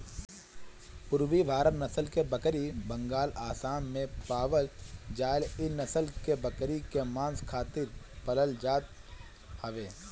पुरबी भारत नसल के बकरी बंगाल, आसाम में पावल जाले इ नसल के बकरी के मांस खातिर पालल जात हवे